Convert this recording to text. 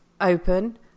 open